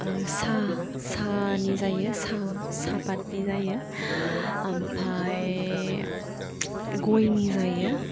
साहा साहानि जायो साहपातनि जायो ओमफ्राय गयनि जायो